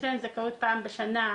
יש להם זכאות פעם בשנה.